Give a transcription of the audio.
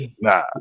nah